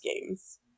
Games